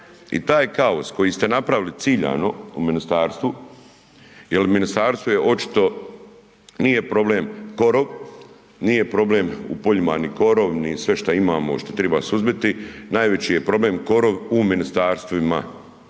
i taj kaos koji ste napravili ciljano u ministarstvu jer ministarstvo je očito, nije problem korov, nije problem u poljima ni korov ni sve što imamo, što treba suzbiti, najveći je problem korov u ministarstvima,